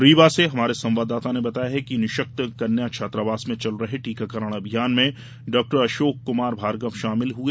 रीवा से हमारे संवाददाता ने बताया है कि निःशक्त कन्या छात्रावास में चल रहे टीकाकरण अभियान में डॉक्टर अशोक कमार भार्गव शामिल हए